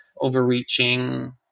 overreaching